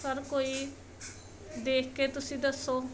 sir ਕੋਈ ਦੇਖ ਕੇ ਤੁਸੀਂ ਦੱਸੋ